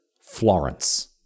Florence